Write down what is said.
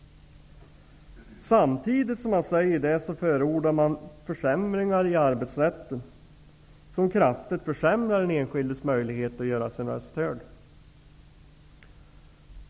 Samtidigt förordar man försämringar i arbetsrätten, som kraftigt försämrar den enskildes möjlighet att göra sin röst hörd.